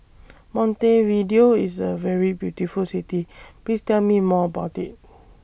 Montevideo IS A very beautiful City Please Tell Me More about IT